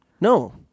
No